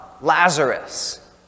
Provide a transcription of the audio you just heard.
Lazarus